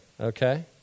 okay